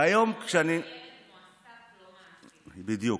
ילד מועסק לא מעסיק, בדיוק.